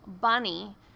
Bunny